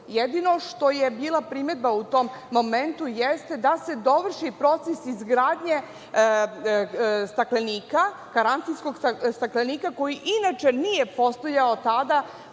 što je bila primedba u tom momentu jeste da se dovrši proces izgradnje staklenika, karantinskog staklenika koji inače nije postojao tada